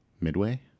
Midway